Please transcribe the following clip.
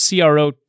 CRO